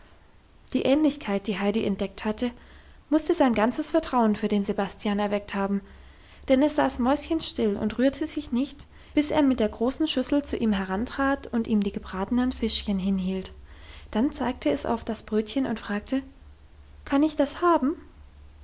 die ähnlichkeit die heidi entdeckt hatte musste sein ganzes vertrauen für den sebastian erweckt haben denn es saß mäuschenstill und rührte sich nicht bis er mit der großen schüssel zu ihm herantrat und ihm die gebratenen fischchen hinhielt dann zeigte es auf das brötchen und fragte kann ich das haben